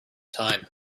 time